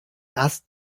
erst